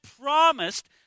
promised